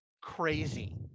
crazy